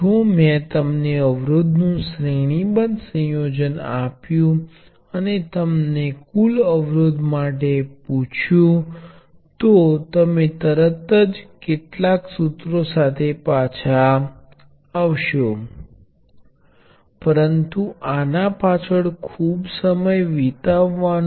જો ફક્ત બે વોલ્ટેજ સ્ત્રોત સમાન હોય અને જો તે કિસ્સામાં પરિણામ તુચ્છ છે તો પરિણામ પણ તે જ વોલ્ટેજ સ્ત્રોત છે તો જ તેને મંજૂરી આપવામાં આવશે